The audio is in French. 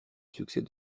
succès